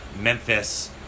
Memphis